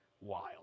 wild